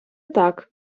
так